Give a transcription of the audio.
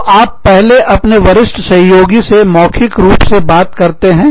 तो आप पहले अपने वरिष्ठ सहयोगियों से मौखिक रूप में बात करते हैं